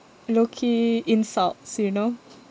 low-key insults you know